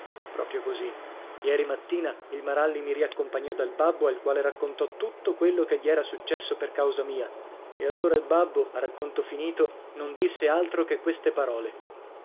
proprio così ieri mattina il maralli mi riaccompagnò dal babbo al quale raccontò tutto quello che gli era successo per causa mia e allora il babbo a racconto finito non disse altro che queste parole